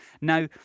Now